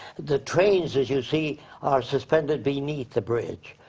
the trains as you see are suspended beneath the bridge.